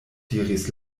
diris